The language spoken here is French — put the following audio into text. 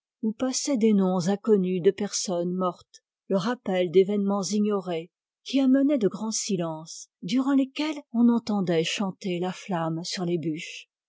où passaient des noms inconnus de personnes mortes le rappel d'événements ignorés qui amenaient de grands silences durant lesquels on entendait chanter la flamme sur les